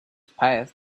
path